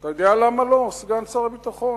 אתה יודע למה לא, סגן שר הביטחון?